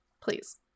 Please